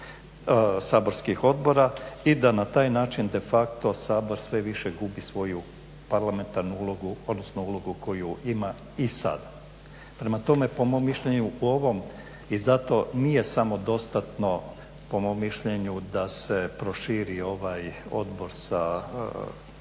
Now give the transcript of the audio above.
saborskih odbora i da na taj način de facto Sabor sve više gubi svoju parlamentarnu ulogu, odnosno ulogu koju ima i sada. Prema tome, po mom mišljenju u ovom i zato nije samodostatno po mom mišljenju da se proširi ovaj odbor sa dodatnim